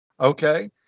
okay